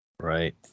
Right